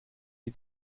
die